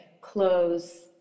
close